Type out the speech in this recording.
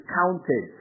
counted